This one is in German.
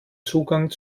zugang